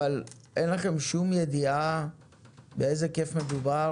אבל אין לכם שום ידיעה באיזה היקף מדובר,